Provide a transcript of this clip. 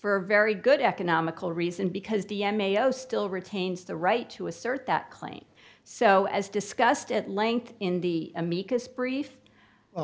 for a very good economical reason because the m a o still retains the right to assert that claim so as discussed at length in the amicus brief